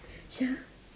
ya